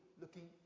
looking